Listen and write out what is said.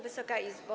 Wysoka Izbo!